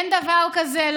אין דבר כזה,